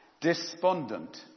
Despondent